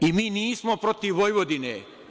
Mi nismo protiv Vojvodine.